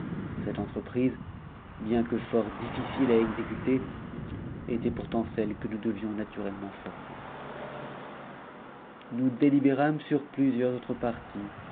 cette entreprise bien que fort i n à exécuter était pourtant celle que nous devions naturellement fonupt nous délibérâmes sur plusieurs autres partis